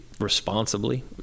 responsibly